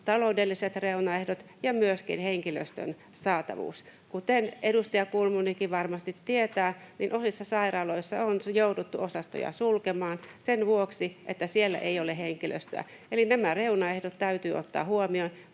taloudelliset reunaehdot ja myöskin henkilöstön saatavuus. Kuten edustaja Kulmunikin varmasti tietää, niin osassa sairaaloista on jouduttu osastoja sulkemaan sen vuoksi, että siellä ei ole henkilöstöä. Eli nämä reunaehdot täytyy ottaa huomioon,